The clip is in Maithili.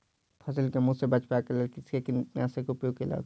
फसिल के मूस सॅ बचाबअ के लेल कृषक कृंतकनाशक के उपयोग केलक